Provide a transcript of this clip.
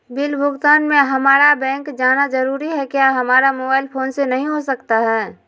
Bill भुगतान में हम्मारा बैंक जाना जरूर है क्या हमारा मोबाइल फोन से नहीं हो सकता है?